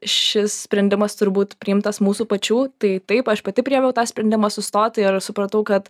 šis sprendimas turbūt priimtas mūsų pačių tai taip aš pati priėmiau tą sprendimą sustoti ir supratau kad